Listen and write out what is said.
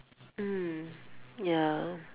mm ya